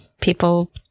people